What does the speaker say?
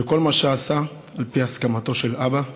וכל מה שעשה, על פי הסכמתו של אבא,